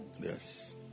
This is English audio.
yes